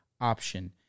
option